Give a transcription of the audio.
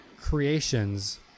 Creations